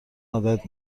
عادت